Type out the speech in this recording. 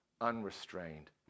unrestrained